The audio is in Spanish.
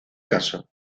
caso